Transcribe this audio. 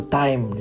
time